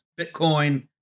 bitcoin